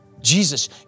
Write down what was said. Jesus